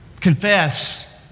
confess